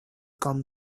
come